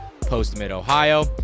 post-Mid-Ohio